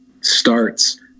starts